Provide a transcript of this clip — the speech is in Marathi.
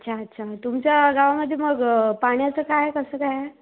अच्छा अच्छा तुमच्या गावामध्ये मग पाण्याचं काय आहे कसं काय आहे